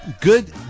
good